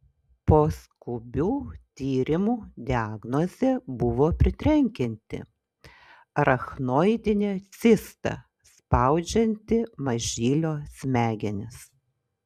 po skubių tyrimų diagnozė buvo pritrenkianti arachnoidinė cista spaudžianti mažylio smegenis